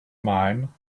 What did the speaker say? mine